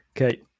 Okay